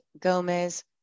Gomez